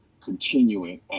continuing